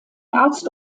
arzt